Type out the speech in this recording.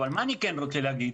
אבל מה אני רוצה להגיד?